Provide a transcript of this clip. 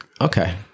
Okay